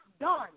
done